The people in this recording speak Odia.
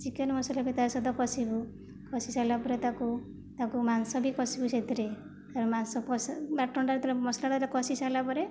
ଚିକେନ ମସଲା ବି ତା ସହିତ କଷିବୁ କଷି ସାରିଲା ପରେ ତାକୁ ତାକୁ ମାଂସ ବି କଷିବୁ ସେହିଥିରେ ତା ପରେ ମାଂସ ବାଟଣଟା ଯେତେ ମସଲାଟା ଯେତେ କଷି ସାରିଲା ପରେ